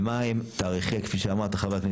ומהם תאריכי היעד כפי שאמרת חבר הכנסת